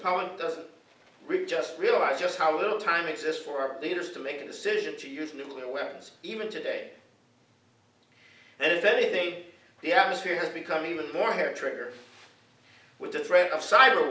really just realize just how little time exists for our leaders to make the decision to use nuclear weapons even today and invade the atmosphere has become even more hair trigger with the threat of cyber